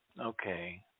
Okay